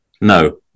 no